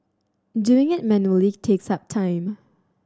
doing it manually takes up time